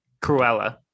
Cruella